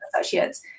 associates